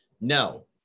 No